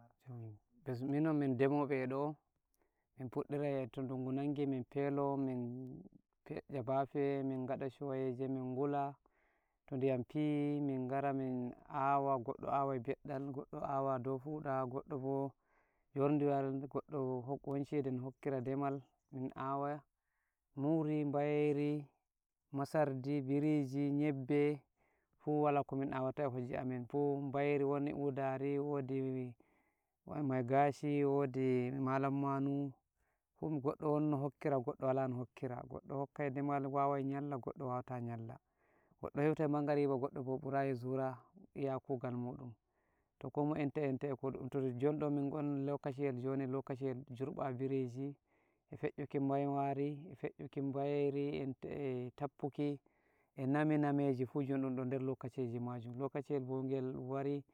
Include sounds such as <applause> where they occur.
<noise> bes minon min demoɓe e do'o, min puɗɗirai to dungu nangi, min pelo, min pei'a bafe, min ngada shu'ayeje, min ngula to diyam fiyi, min ngara, min awa, goɗɗo awai ɓeɗɗal, goɗɗo awai dou puɗa, goɗɗo bo njordiwal, goddo bo hok-won shede no hokkira demal, min awoya muri, bayeri, masardi, biriji, nyebbe, fuh wala ko min awata e hoje amin, fuh bayeri, won udari, wodi mai gashi, wodi malam manu won goɗɗo won no hokkira, goɗɗo wala no hokkira, goɗɗo hokkai demal, wawai nyalla, goo wawata nyalla, goɗɗo heutai mangariba, goɗɗo bo ɓurayi zura iya kugal muɗum, toh ko moye enta-enta eko ɗuɗɗum tori, jonɗo mindon min ngon lokashiyel, lokashiyel jurba biriji, e fe'uki maiwari, e fe'uki bayeri, enta e tappuki, e name-nameji fuh jon ɗunɗon der lokashiji majum, lokashiyel bo ngel wari